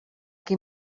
qui